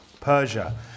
Persia